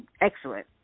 excellent